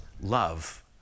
love